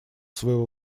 своего